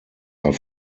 are